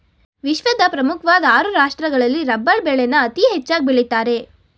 ವಿಶ್ವದ ಪ್ರಮುಖ್ವಾಧ್ ಆರು ರಾಷ್ಟ್ರಗಳಲ್ಲಿ ರಬ್ಬರ್ ಬೆಳೆನ ಅತೀ ಹೆಚ್ಚಾಗ್ ಬೆಳಿತಾರೆ